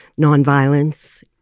nonviolence